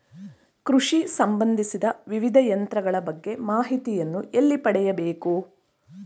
ಕೃಷಿ ಸಂಬಂದಿಸಿದ ವಿವಿಧ ಯಂತ್ರಗಳ ಬಗ್ಗೆ ಮಾಹಿತಿಯನ್ನು ಎಲ್ಲಿ ಪಡೆಯಬೇಕು?